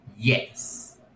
Yes